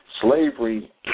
Slavery